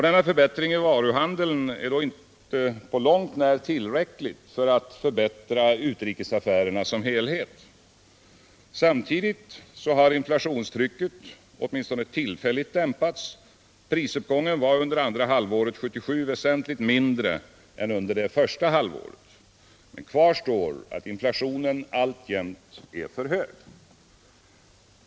Denna förbättring i varuhandeln är emellertid inte på långt när tillräcklig för att förbättra utrikesaffärerna som helhet. Samtidigt har inflationstrycket åtminstone tillfälligt dämpats — prisuppgången var under andra halvåret 1977 väsentligt mindre än under första halvåret. Men kvar står att inflationen alltjämt är för hög.